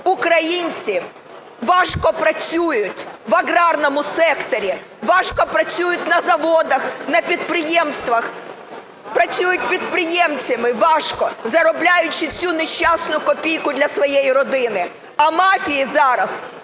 українці важко працюють в аграрному секторі, важко працюють на заводах, на підприємствах, працюють підприємцями важко, заробляючи цю нещасну копійку для своєї родини, а мафії зараз